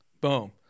Boom